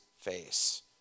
face